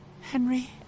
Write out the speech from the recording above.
Henry